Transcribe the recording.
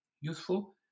useful